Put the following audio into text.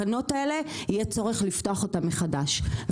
יהיה צורך לפתוח אותן מחדש.